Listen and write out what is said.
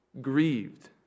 grieved